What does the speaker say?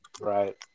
right